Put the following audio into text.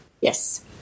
Yes